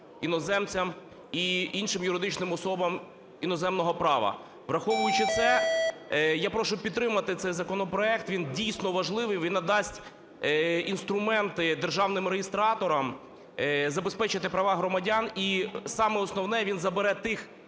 іноземцям і іншим юридичним особам іноземного права. Враховуючи це, я прошу підтримати цей законопроект, він дійсно важливий, він надасть інструменти державним реєстраторам забезпечити права громадян. І саме основне, він забере тих